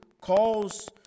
calls